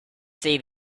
see